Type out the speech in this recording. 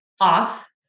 off